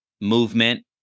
movement